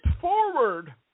forward